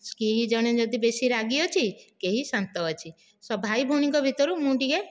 କେହି ଜଣେ ଯଦି ବେଶୀ ରାଗି ଅଛି କେହି ଶାନ୍ତ ଅଛି ସ ଭାଇ ଭୋଉଣୀଙ୍କ ଭିତରୁ ମୁଁ ଟିକିଏ